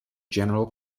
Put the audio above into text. general